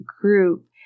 group